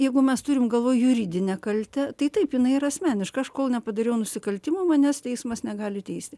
jeigu mes turim galvoj juridinę kaltę tai taip jinai yra asmeniška aš kol nepadariau nusikaltimo manęs teismas negali teisti